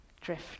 drift